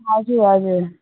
हजुर हजुर